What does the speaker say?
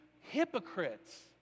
hypocrites